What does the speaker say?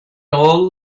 all